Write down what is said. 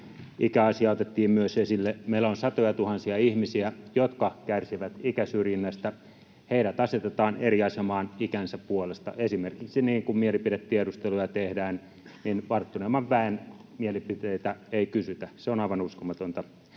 ikäasia otettiin myös esille. Meillä on satojatuhansia ihmisiä, jotka kärsivät ikäsyrjinnästä. Heidät asetetaan eri asemaan ikänsä puolesta esimerkiksi niin, että kun mielipidetiedusteluja tehdään, niin varttuneemman väen mielipiteitä ei kysytä. Se on aivan uskomatonta.